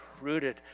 rooted